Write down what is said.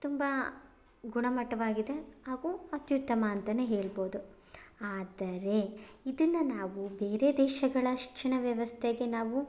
ತುಂಬ ಗುಣಮಟ್ಟವಾಗಿದೆ ಹಾಗೂ ಅತ್ಯುತ್ತಮ ಅಂತಾನೇ ಹೇಳ್ಬೋದು ಆದರೆ ಇದನ್ನು ನಾವು ಬೇರೆ ದೇಶಗಳ ಶಿಕ್ಷಣ ವ್ಯವಸ್ಥೆಗೆ ನಾವು